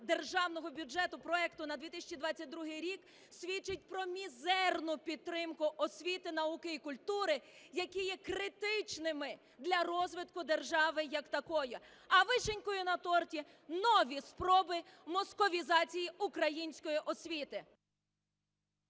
Державного бюджету на 2022 рік свідчить про мізерну підтримку освіти, науки і культури, які є критичними для розвитку держави як такої. А вишенькою на торті – нові спроби московізації української освіти.